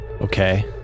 okay